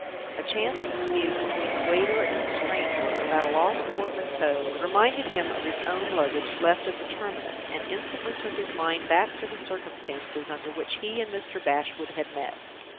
a chance dispute between the waiter and a stranger about a lost portmanteau reminded him of his own luggage, left at the terminus, and instantly took his mind back to the circumstances under which he and mr. bashwood had met.